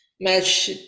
Match